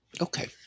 Okay